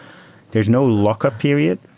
there's no lockup period.